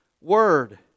word